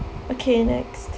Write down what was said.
okay next